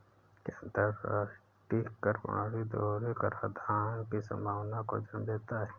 क्या अंतर्राष्ट्रीय कर प्रणाली दोहरे कराधान की संभावना को जन्म देता है?